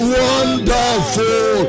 wonderful